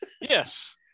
Yes